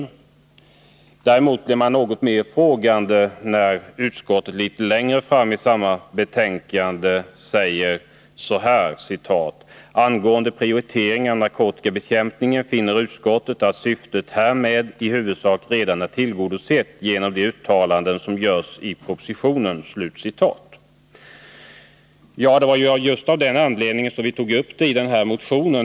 Däremot blir man något mer frågande när utskottet litet längre fram i samma betänkande säger att ”angående prioritering av narkotikabekämpningen finner utskottet att syftet härmed i huvudsak redan är tillgodosett genom de uttalanden som görs i propositionen”. Det var av just den anledningen som vi tog upp detta i motionen.